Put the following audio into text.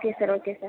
okay sir okay sir